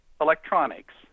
electronics